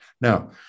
Now